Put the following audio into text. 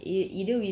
mm